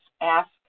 ask